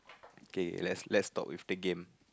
kay let's let's talk with the game